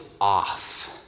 off